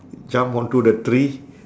jump onto the tree